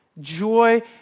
Joy